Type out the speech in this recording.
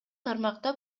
тармакта